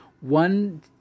one